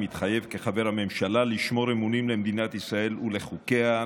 מתחייב כחבר הממשלה לשמור אמונים למדינת ישראל ולחוקיה,